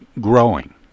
growing